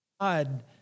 God